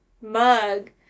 mug